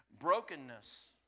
brokenness